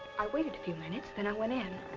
i waited a few minutes then i went in.